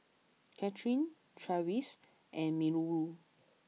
Katherin Travis and Minoru